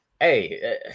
Hey